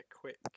quick